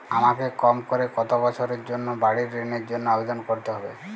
আমাকে কম করে কতো বছরের জন্য বাড়ীর ঋণের জন্য আবেদন করতে হবে?